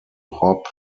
rob